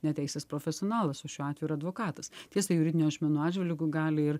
ne teisės profesionalas o šiuo atveju yra advokatas tiesa juridinių asmenų atžvilgiu gali ir